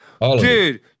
Dude